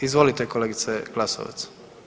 Izvolite kolegice Glasovac.